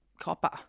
copper